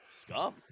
scum